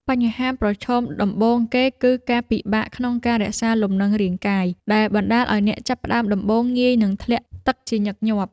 បញ្ហាប្រឈមដំបូងគេ គឺការពិបាកក្នុងការរក្សាលំនឹងរាងកាយ ដែលបណ្ដាលឱ្យអ្នកចាប់ផ្ដើមដំបូងងាយនឹងធ្លាក់ទឹកជាញឹកញាប់។